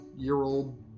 Year-old